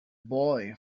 boy